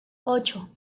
ocho